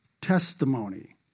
testimony